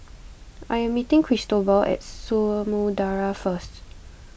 I am meeting Cristobal at Samudera first